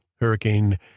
Hurricane